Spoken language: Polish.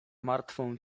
martwą